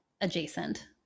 adjacent